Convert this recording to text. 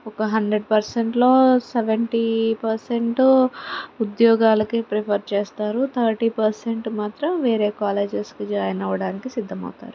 ఒక హండ్రెడ్ పెర్సెంట్లో seventy percent ఉద్యోగాలకు ప్రిఫర్ చేస్తారు థర్టీ పెర్సెంట్ మాత్రం వేరే కాలేజెస్కి జాయిన్ అవ్వడానికి సిద్ధం అవుతారు